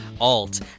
Alt